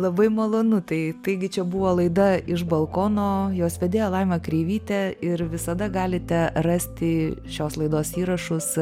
labai malonu tai taigi čia buvo laida iš balkono jos vedėja laima kreivytė ir visada galite rasti šios laidos įrašus